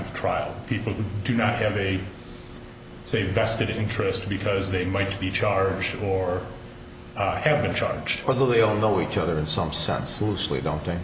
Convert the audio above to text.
of trial people who do not have a say vested interest because they might be charged or have been charged or they'll know each other in some sense loosely don't th